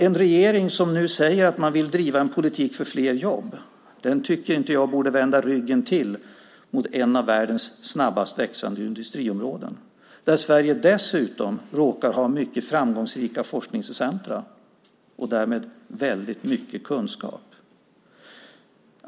En regering som säger att man vill driva en politik för flera jobb borde inte vända ryggen åt ett av världens snabbast växande industriområden där Sverige dessutom råkar ha mycket framgångsrika forskningscentrum och därmed väldigt mycket kunskap.